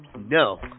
No